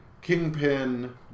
Kingpin